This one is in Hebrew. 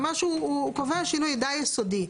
ממש הוא קובע שינוי די יסודי.